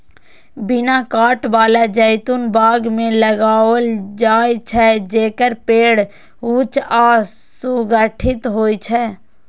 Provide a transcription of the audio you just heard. बिना कांट बला जैतून बाग मे लगाओल जाइ छै, जेकर पेड़ ऊंच आ सुगठित होइ छै